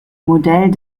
modell